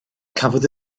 cafodd